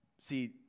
See